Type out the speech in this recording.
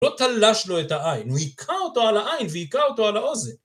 לא תלש לו את העין, הוא היכה אותו על העין והיכה אותו על האוזן.